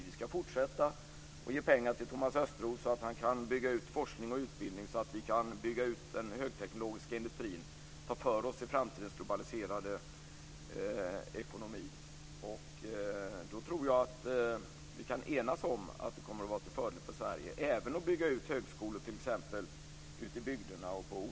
Vi ska fortsätta att ge pengar till Thomas Östros så att han kan bygga ut forskning och utbildning, så att vi kan bygga ut den högteknologiska industrin och ta för oss i framtidens globaliserade ekonomi. Då tror jag att vi kan enas om att det kommer att vara till fördel för Sverige att bygga ut högskolor även ute i bygderna.